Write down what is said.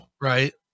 Right